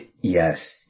Yes